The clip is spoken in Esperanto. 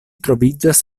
troviĝas